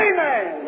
Amen